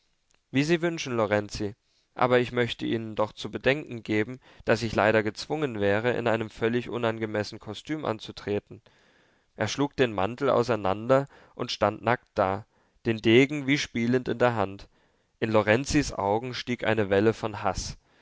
wie sie wünschen lorenzi aber ich möchte ihnen doch zu bedenken geben daß ich leider gezwungen wäre in einem völlig unangemessenen kostüm anzutreten er schlug den mantel auseinander und stand nackt da den degen wie spielend in der hand in lorenzis augen stieg eine welle von haß